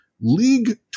league